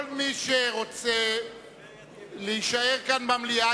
כל מי שרוצה להישאר כאן במליאה,